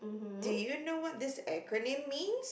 do you know what this acronym means